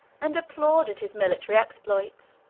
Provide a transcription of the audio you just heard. and applauded his military exploits,